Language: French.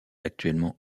actuellement